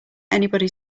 anybody